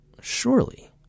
surely